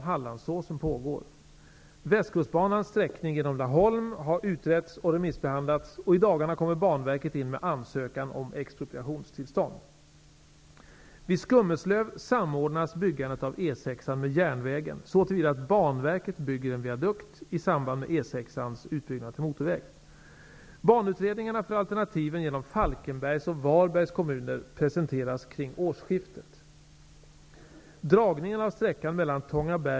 Hallandsås pågår. Västkustbanans sträckning genom Laholm har utretts och remissbehandlats och i dagarna kommer Banverket in med ansökan om expropriationstillstånd. Vid Skummeslöv samordnas byggandet av E6-an med järnvägen såtillvida att Banverket bygger en viadukt i samband med E6-ans utbyggnad till motorväg. Banutredningarna för alternativen med sträckning genom Falkenbergs och Varbergs kommuner presenteras kring årsskiftet.